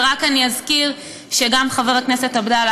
ורק אני אזכיר שגם חבר הכנסת עבדאללה